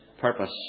purpose